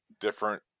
different